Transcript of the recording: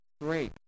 Great